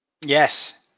Yes